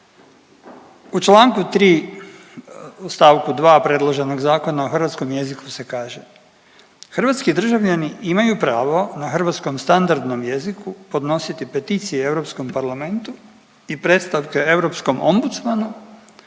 U čl. 3. st. 2. predloženog Zakona o hrvatskom jeziku se kaže, hrvatski državljani imaju pravo na hrvatskom standardnom jeziku podnositi peticije Europskom parlamentu i predstavke Europskom Ombudsmanu,